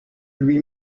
lui